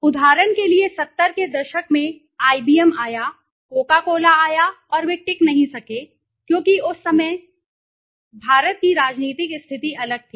उदाहरण के लिए 70 के दशक में आईबीएम आया कोको कोला आया और वे टिक नहीं सके क्योंकि उस समय भारत की राजनीतिक स्थिति अलग थी